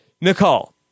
Nicole